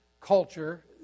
culture